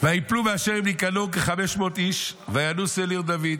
"וייפלו מאנשי ניקנור כחמש מאות איש וינוסו אל עיר דוד".